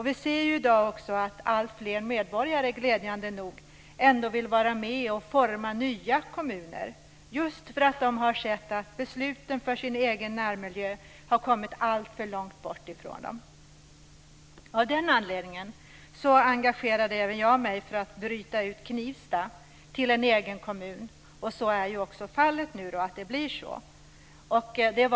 Vi ser i dag att alltfler medborgare, glädjande nog, vill vara med och forma nya kommuner, just för att de har sett att besluten för deras egen närmiljö har kommit alltför långt bort ifrån dem. Av den anledningen engagerade även jag mig för att bryta ut Knivsta från storkommunen Uppsala, så att Knivsta blir en egen kommun.